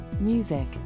Music